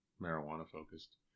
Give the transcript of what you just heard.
Marijuana-focused